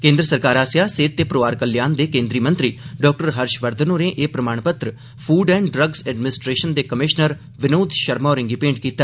केन्द्र सरकार आस्सेआ सेहत ते परिवार कल्याण दे केन्द्रीय मंत्री डाक्टर हर्षवर्घन होरें एह प्रमाणपत्र फूड एण्ड ड्रग्स एडमनीस्ट्रेशन दे कमीश्नर विनोद शर्मा होरें गी भेंट कीता